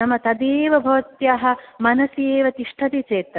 नाम तदेव भवत्याः मनसि एव तिष्ठति चेत्